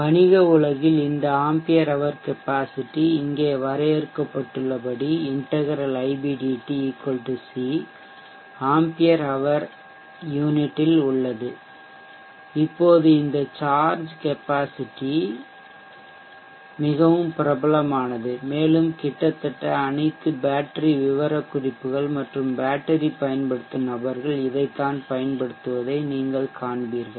வணிக உலகில் இந்த ஆம்பியர் ஹவர் கெப்பாசிட்டி திறன் இங்கே வரையறுக்கப்பட்டுள்ளபடி integral Ib dt C ampere hour அலகில்யூனிட் உள்ளது இப்போது இந்த சார்ஜ் கெப்பாசிட்டி திறன் மிகவும் பிரபலமானது மேலும் கிட்டத்தட்ட அனைத்து பேட்டரி விவரக்குறிப்புகள் மற்றும் பேட்டரி பயன்படுத்தும் நபர்கள் இதைத்தான் பயன்படுத்துவதை நீங்கள் காண்பீர்கள்